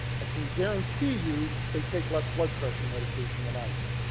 i can guarantee you they take less blood pressure medication than i do,